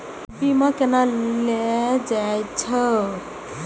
बीमा केना ले जाए छे?